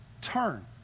turn